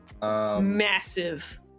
massive